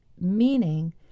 meaning